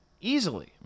Easily